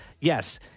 Yes